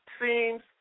Seems